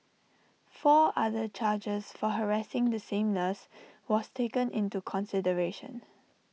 four other charges for harassing the same nurse was taken into consideration